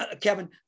Kevin